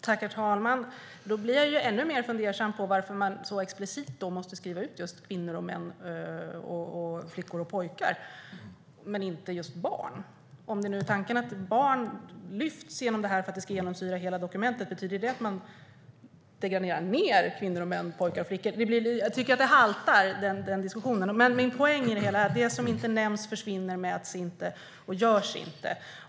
Herr talman! Då blir jag ännu mer fundersam över varför man så explicit måste skriva ut "kvinnor, män, flickor och pojkar" men inte just "barn". Om tanken är att barn lyfts fram för att genomsyra hela dokumentet, betyder det då att man degraderar kvinnor, män, pojkar och flickor? Jag tycker att diskussionen haltar. Min poäng i det hela är att det som inte nämns försvinner, mäts inte och görs inte.